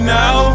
now